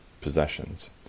possessions